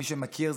מי שמכיר,